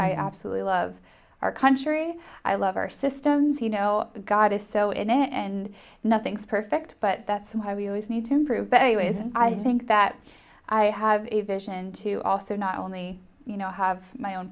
i absolutely love our country i love our systems you know god is so and nothing's perfect but that's why we always need to improve but anyways and i think that i have a vision to also not only you know have my own